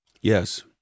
Yes